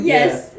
Yes